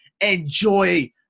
enjoy